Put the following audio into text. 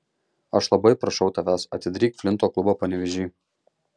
aš labai prašau tavęs atidaryk flinto klubą panevėžy